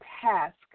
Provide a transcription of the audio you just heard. task